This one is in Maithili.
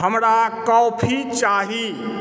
हमरा कॉफी चाही